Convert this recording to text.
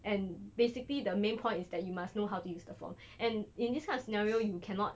and basically the main point is that you must know how to use the form and in this kind of scenario you cannot